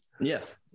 Yes